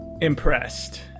impressed